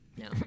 No